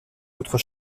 autres